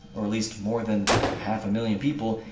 or at least, more than half a million people,